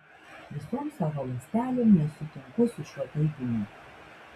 visom savo ląstelėm nesutinku su šiuo teiginiu